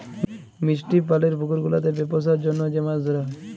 মিষ্টি পালির পুকুর গুলাতে বেপসার জনহ যে মাছ ধরা হ্যয়